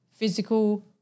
physical